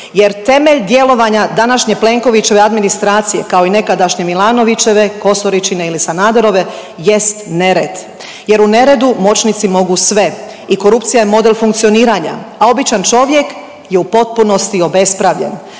jer temelj djelovanja današnje Plenkovićeve administracije, kao i nekadašnje Milanovićeve, Kosoričine ili Sanaderove jest nered jer u neredu moćnici mogu sve i korupcija je model funkcioniranja, a običan čovjek je u potpunosti obespravljen,